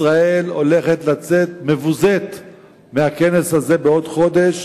ישראל הולכת לצאת מבוזה מהכנס הזה בעוד חודש,